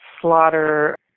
slaughter